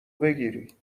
بگیری